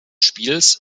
spiels